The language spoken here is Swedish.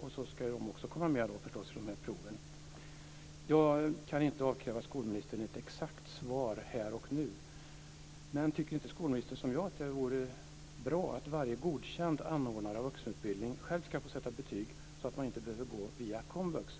De ska förstås också komma med på dessa prov. Jag kan inte avkräva skolministern ett exakt svar här och nu, men tycker inte skolministern som jag att det vore bra om varje godkänd anordnare av vuxenutbildning själv får sätta betyg, så att eleverna inte behöver gå via komvux